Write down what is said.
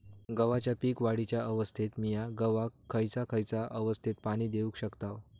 गव्हाच्या पीक वाढीच्या अवस्थेत मिया गव्हाक खैयचा खैयचा अवस्थेत पाणी देउक शकताव?